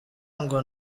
ngo